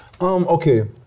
Okay